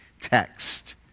Text